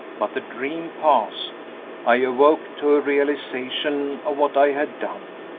but the dream passed i awoke to a realization of what i had done,